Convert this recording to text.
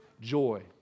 joy